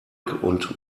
und